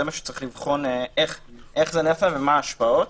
זה מה שצריך לבחון איך זה נעשה ומה ההשפעות.